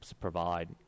provide